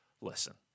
Listen